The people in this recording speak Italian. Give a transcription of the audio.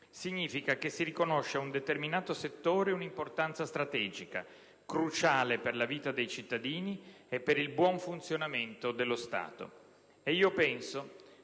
significa che si riconosce ad un determinato settore un'importanza strategica, cruciale per la vita dei cittadini e per il buon funzionamento dello Stato. E io penso,